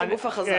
את הגוף החזק.